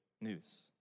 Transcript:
news